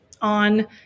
on